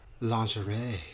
lingerie